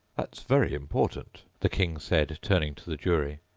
that's very important the king said, turning to the jury.